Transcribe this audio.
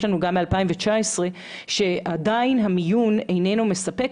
לנו גם מ-2019 שעדיין המיון איננו מספק.